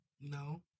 No